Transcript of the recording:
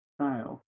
style